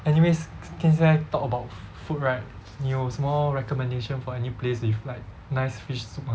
anyways si~ since 现在 talk about fo~ food right 你有什么 recommendation for any place with like nice fish soup 吗